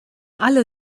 alle